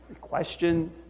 question